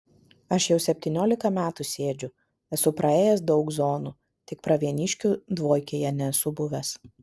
aš jau septyniolika metų sėdžiu esu praėjęs daug zonų tik pravieniškių dvojkėje nesu buvęs